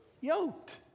Yoked